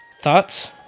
Thoughts